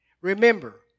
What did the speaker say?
Remember